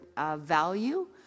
value